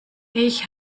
ich